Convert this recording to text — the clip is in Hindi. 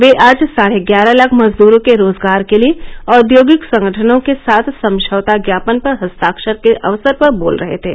वे आज साढे ग्यारह लाख मजदूरों के रोजगार के लिए औंदयोगिक संगठनों के साथ समझौता ज्ञापन पर हस्ताक्षर के अवसर पर बोल रहे थे